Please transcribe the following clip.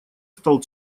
стал